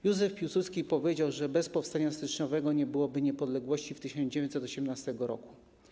Józef Piłsudski powiedział, że bez powstania styczniowego nie byłoby niepodległości w 1918 r.